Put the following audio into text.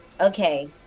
Okay